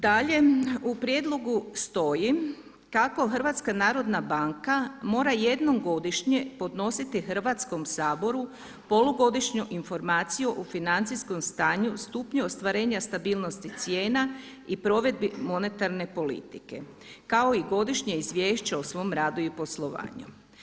Dalje, u prijedlogu stoji kako HNB mora jednom godišnje podnositi Hrvatskom saboru polugodišnju informaciju o financijskom stanju, stupnju ostvarenja stabilnosti cijena i provedbi monetarne politike kao i godišnje izvješće o svom radu i poslovanju.